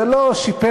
זה לא שיפר,